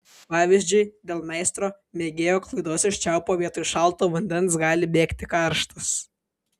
pavyzdžiui dėl meistro mėgėjo klaidos iš čiaupo vietoj šalto vandens gali bėgti karštas